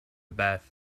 bath